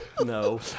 No